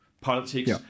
politics